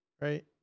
right